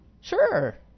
Sure